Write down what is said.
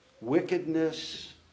Wickedness